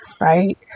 right